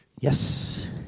Yes